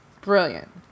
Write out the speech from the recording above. brilliant